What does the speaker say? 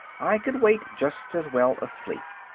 i could wait just as well asleep.